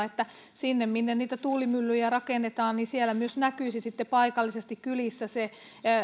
että siellä minne niitä tuulimyllyjä rakennetaan myös näkyisivät sitten paikallisesti kylissä